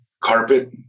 carpet